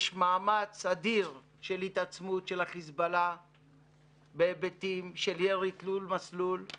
יש מאמץ אדיר של התעצמות של החיזבאללה בהיבטים של ירי תלול מסלול,